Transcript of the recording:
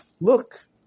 Look